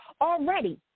already